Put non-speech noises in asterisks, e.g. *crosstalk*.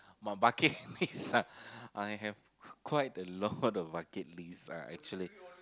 my bucket *laughs* list ah I have quite a lot of bucket list lah actually